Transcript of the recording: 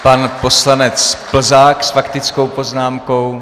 Pan poslanec Plzák s faktickou poznámkou.